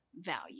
value